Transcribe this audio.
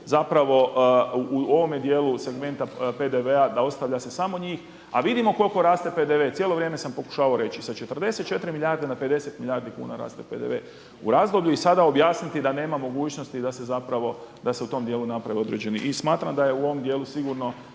segmentu u ovome dijelu segmenta PDV-a da ostavlja se samo njih. A vidimo koliko raste PDV, cijelo vrijeme sam pokušavao reći sa 44 milijarde na 50 milijardi kuna raste PDV u razdoblju i sada objasniti da nema mogućnosti da se zapravo da se u tom dijelu naprave određeni. I smatram da je u ovom dijelu sigurno